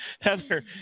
heather